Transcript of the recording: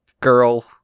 girl